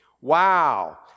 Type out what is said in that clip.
Wow